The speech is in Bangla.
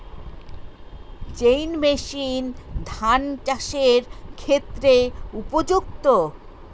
চেইন মেশিন ধান চাষের ক্ষেত্রে উপযুক্ত?